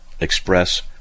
express